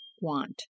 want